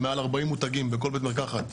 מעל 40 מותגים בכל בית מרקחת,